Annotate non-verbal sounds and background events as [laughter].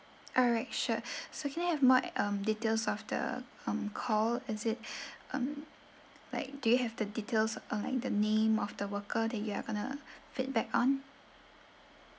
alright sure [breath] so can I have more um details of the um call as it [breath] um like do you have the details uh like the name of the worker that you are going to feedback on